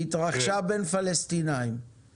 היא התרחשה בין פלסטינאים,